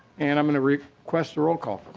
and i'm going to request a roko.